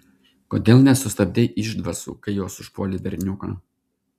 kodėl nesustabdei išdvasų kai jos užpuolė berniuką